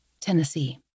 Tennessee